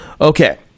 Okay